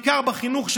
בעיקר בחינוך,